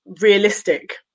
realistic